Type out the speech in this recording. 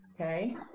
Okay